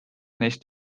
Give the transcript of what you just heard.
neist